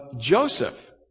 Joseph